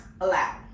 allow